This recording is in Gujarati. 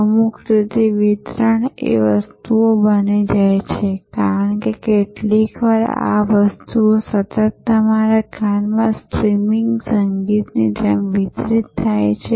અમુક રીતે વિતરણ એ વસ્તુઓ બની જાય છે કારણ કે કેટલીકવાર આ વસ્તુઓ સતત તમારા કાનમાં સ્ટ્રીમિંગ સંગીતની જેમ વિતરિત થાય છે